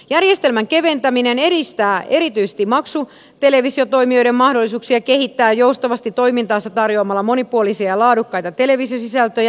järjestelmän keventäminen edistää erityisesti maksutelevisiotoimijoiden mahdollisuuksia kehittää joustavasti toimintaansa tarjoamalla monipuolisia ja laadukkaita televisiosisältöjä